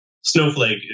Snowflake